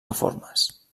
reformes